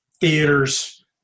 theaters